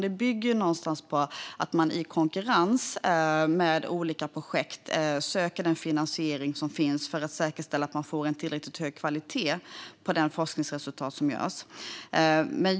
Det bygger i stället på att man i konkurrens med olika projekt söker den finansiering som finns för att säkerställa att man får tillräckligt hög kvalitet på resultaten av den forskning som görs.